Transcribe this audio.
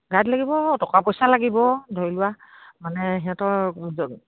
guide লাগিব টকা পইচা লাগিব ধৰি লোৱা মানে সিহঁতৰ